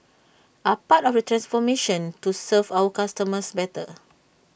are part of the transformation to serve our customers better